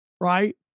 right